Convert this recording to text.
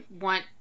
want